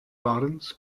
lawrence